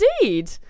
indeed